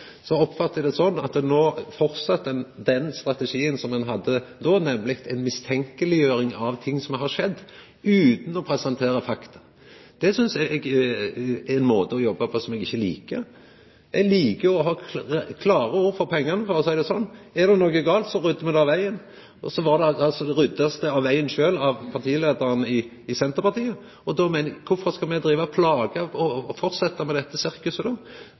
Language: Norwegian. så lenge alle ting var avklarte. Så oppfattar eg det sånn at ein no fortset med den strategien som ein hadde då, nemleg ei mistenkeleggjering av ting som har skjedd, utan å presentera fakta. Det er ein måte å jobba på som eg ikkje liker. Eg liker å få klare ord for pengane, for å seia det sånn. Er det noko som er gale, ryddar me det av vegen. Så vart det rydda av vegen av partileiaren i Senterpartiet sjølv. Kvifor skal me fortsetja med dette sirkuset då?